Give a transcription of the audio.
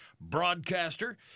broadcaster